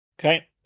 Okay